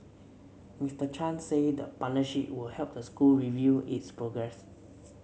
Mister Chan said the partnership would help the school review its progress